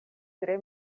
tre